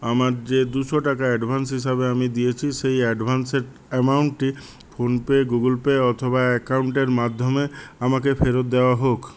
আমার যে দুশো টাকা অ্যাডভান্স হিসাবে আমি দিয়েছি সেই এডভান্সের এমাউন্টটি ফোন পে গুগল পে অথবা একাউন্টের মাধ্যমে আমাকে ফেরত দেওয়া হোক